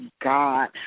god